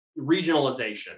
regionalization